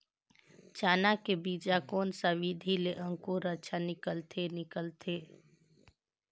चाना के बीजा कोन सा विधि ले अंकुर अच्छा निकलथे निकलथे